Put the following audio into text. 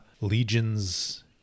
Legion's